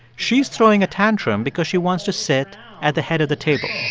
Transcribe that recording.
she's throwing a tantrum because she wants to sit at the head of the table